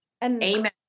Amen